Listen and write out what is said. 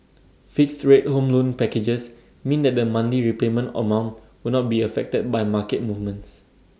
fixed rate home loan packages means that the monthly repayment amount will not be affected by market movements